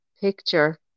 picture